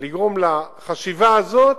לגרום לחשיבה הזאת,